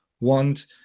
want